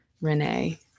Renee